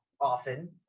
often